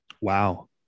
Wow